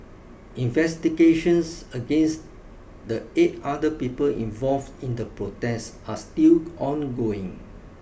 investigations against the eight other people involved in the protest are still ongoing